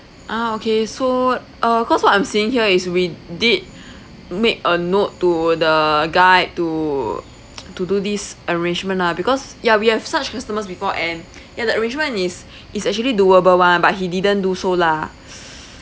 ah okay so uh cause what I'm seeing here is we did make a note to the guide to to do this arrangement lah because ya we have such customers before and ya the arrangement is is actually doable one but he didn't do so lah